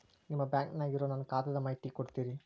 ನಿಮ್ಮ ಬ್ಯಾಂಕನ್ಯಾಗ ಇರೊ ನನ್ನ ಖಾತಾದ ಮಾಹಿತಿ ಕೊಡ್ತೇರಿ?